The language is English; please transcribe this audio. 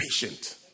patient